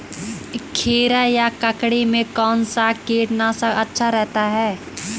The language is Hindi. खीरा या ककड़ी में कौन सा कीटनाशक अच्छा रहता है?